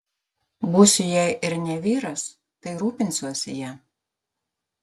būsiu jei ir ne vyras tai rūpinsiuosi ja